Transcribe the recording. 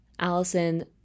Allison